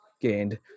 gained